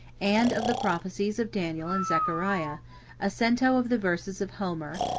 and of the prophecies of daniel and zechariah a cento of the verses of homer,